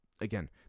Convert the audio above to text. again